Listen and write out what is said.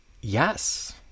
yes